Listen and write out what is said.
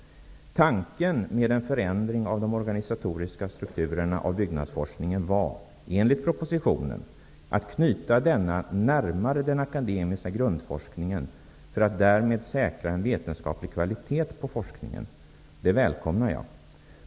Tanken med en förändring av de organisatoriska strukturerna av byggnadsforskningen var enligt propositionen att knyta denna närmare den akademiska grundforskningen för att därmed säkra en vetenskaplig kvalitet på forskningen. Detta välkomnar jag.